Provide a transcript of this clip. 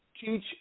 teach